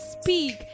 speak